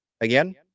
Again